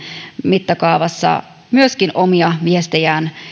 mittakaavassa myöskin omia viestejään